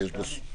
יש עוד סעיף.